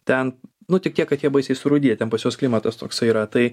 ten nu tik tiek kad jie baisiai surūdiję ten pas juos klimatas toksai yra tai